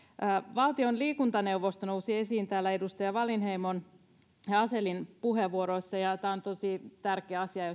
valtion liikuntaneuvosto nousi esiin täällä edustaja wallinheimon ja asellin puheenvuoroissa ja tämä on tosi tärkeä asia